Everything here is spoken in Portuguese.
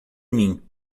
mim